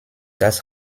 das